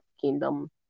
kingdom